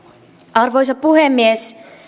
arvoisa puhemies